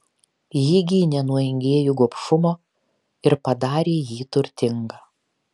ji gynė nuo engėjų gobšumo ir padarė jį turtingą